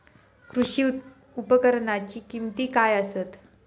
कृषी उपकरणाची किमती काय आसत?